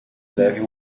devem